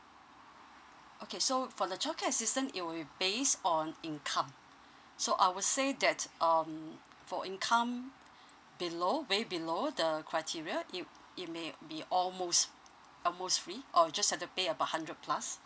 okay so for the childcare assistance it will base on income so I would say that um for income below way below the criteria it it may be almost almost free or just have to pay about hundred plus